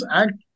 act